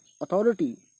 authority